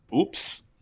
Oops